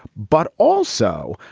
but also,